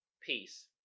Peace